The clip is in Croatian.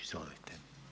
Izvolite.